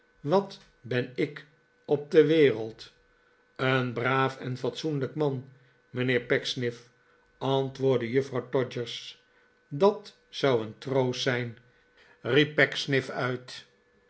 wat ben ik op de wereld een braaf en fatsoenlijk man mijnheer pecksniff antwoordde juffrouw todgers dat zou een troost zijn riep pecksniff uit